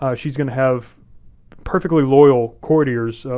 ah she's gonna have perfectly loyal courtiers,